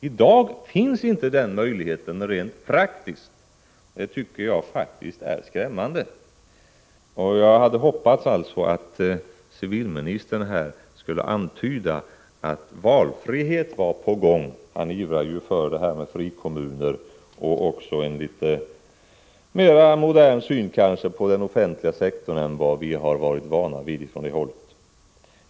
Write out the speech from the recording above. I dag finns inte den möjligheten rent praktiskt, och det tycker jag faktiskt är skrämmande. Jag hade hoppats att civilministern här skulle antyda att valfrihet var på gång — han ivrar ju för det här med frikommuner — och kanske också visa en litet mera modern syn på den offentliga sektorn än vad vi har varit vana vid från det hållet.